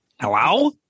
Hello